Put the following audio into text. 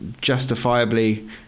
justifiably